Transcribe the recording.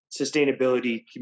sustainability